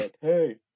hey